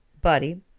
Buddy